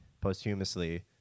posthumously